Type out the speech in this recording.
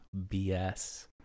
BS